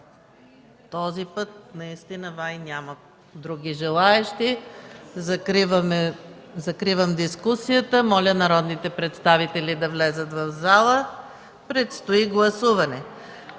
Този път наистина май няма други желаещи. Закривам дискусията. Моля народните представители да влязат в залата – предстои гласуване!